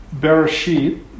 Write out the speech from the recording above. Bereshit